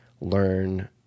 learn